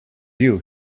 you